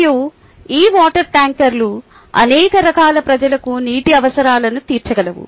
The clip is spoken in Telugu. మరియు ఈ వాటర్ ట్యాంకర్లు అనేక రకాల ప్రజలకు నీటి అవసరాలను తీర్చగలవు